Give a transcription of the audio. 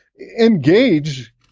engage